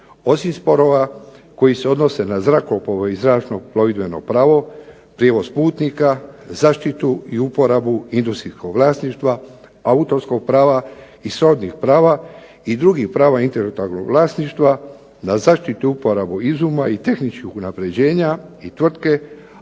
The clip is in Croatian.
osim sporova koji se odnose na zrakoplove i zračno plovidbeno pravo, prijevoz putnika, zaštitu i uporabu industrijskog vlasništva, autorskog prava i srodnih prava i drugih prava intelektualnog vlasništva, na zaštitu i uporabu izuma i tehničkih unapređenja i tvrtke